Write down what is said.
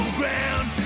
ground